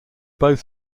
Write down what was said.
both